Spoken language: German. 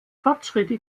fortschritte